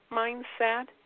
mindset